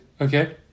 Okay